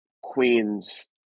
Queens